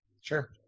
Sure